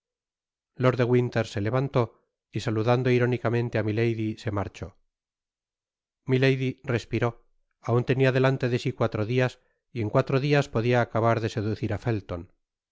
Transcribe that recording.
lord de winter se levantó y saludando irónicamente á milady se marchó milady respiró aun tenia delante de si cuatro dias y en cuatro dias podia acabar de seducir á felton